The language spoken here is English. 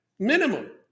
Minimum